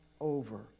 over